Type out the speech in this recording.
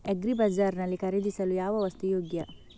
Agri Bazaar ನಲ್ಲಿ ಖರೀದಿಸಲು ಯಾವ ವಸ್ತು ಯೋಗ್ಯ?